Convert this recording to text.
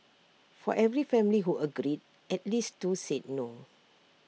for every family who agreed at least two said no